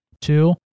two